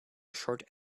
short